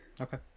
Okay